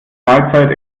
mahlzeit